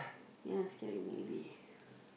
ya scary movie